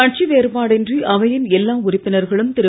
கட்சி வேறுபாடு இன்றி அவையின் எல்லா உறுப்பினர்களும் திரு